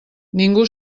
ningú